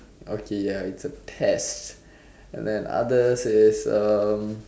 okay ya it's a test and then others is um